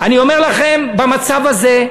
אני אומר לכם, במצב הזה,